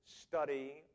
study